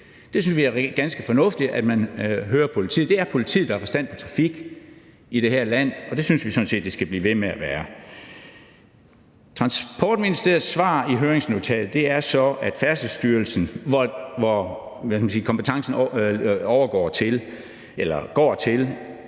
Vi synes, det er ganske fornuftigt, at man hører politiet, for det er politiet, der har forstand på trafik i det her land, og det synes vi sådan set det skal blive ved med at være. Transportministeriets svar i høringsnotatet er så, at Færdselsstyrelsen, som kompetencen går til,